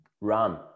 Run